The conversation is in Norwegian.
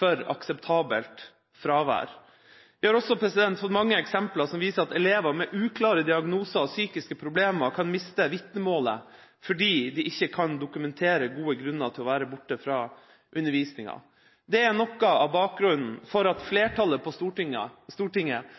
for akseptabelt fravær. Vi har fått mange eksempler som viser at elever med uklare diagnoser og psykiske problemer kan miste vitnemålet fordi de ikke kan dokumentere gode grunner for å være borte fra undervisningen. Det er noe av bakgrunnen for at flertallet på Stortinget,